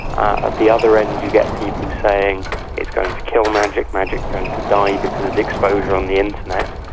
ah the other end you get people saying it's going to kill magic, magic is going to die because of the exposure on the internet.